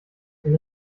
den